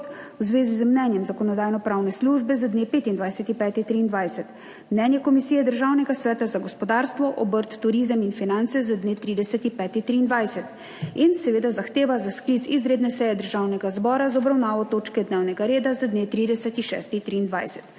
v zvezi z mnenjem Zakonodajno-pravne službe z dne 25. 5. 2023, mnenje Komisije Državnega sveta za gospodarstvo, obrt, turizem in finance z dne 30. 5. 2023 in zahteva za sklic izredne seje Državnega zbora za obravnavo točke dnevnega reda z dne 30. 6.